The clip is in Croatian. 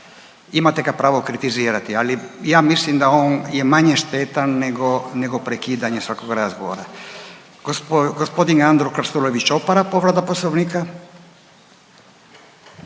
imate ga pravo kritizirati, ali ja mislim da on je manje štetan nego, nego prekidanje svakog razgovora. Gospodin Andro Krstulović Opara povreda Poslovnika.